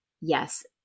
yes